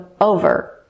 over